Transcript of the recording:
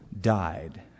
died